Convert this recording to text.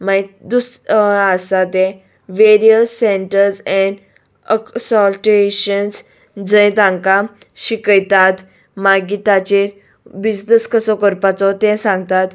मागीर दुसरें आसा ते वेरयस सेंटर्स एंड अक्सॉलटेशन्स जंय तांकां शिकयतात मागीर ताचेर बिजनस कसो करपाचो ते सांगतात